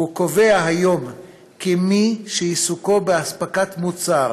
קובע היום כי מי שעיסוקו באספקת מוצר